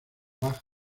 bajas